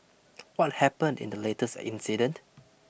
what happened in the latest incident